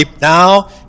now